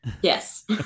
Yes